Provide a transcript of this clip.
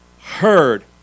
heard